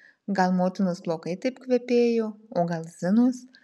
gal motinos plaukai taip kvepėjo o gal zinos